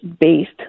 based